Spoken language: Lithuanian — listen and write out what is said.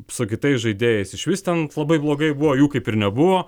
su kitais žaidėjais išvis ten labai blogai buvo jų kaip ir nebuvo